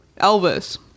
Elvis